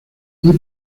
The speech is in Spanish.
muy